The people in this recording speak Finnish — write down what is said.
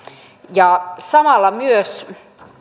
samalla myös